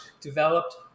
developed